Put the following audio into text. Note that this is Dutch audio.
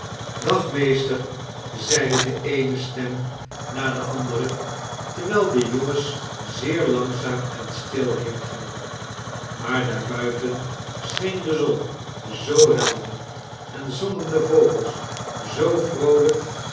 dag meester zeide de eene stem na de andere terwijl de jongens zeer langzaam en stil heengingen maar daar buiten scheen de zon zoo helder en zongen de vogelen zoo vroolijk